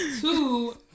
two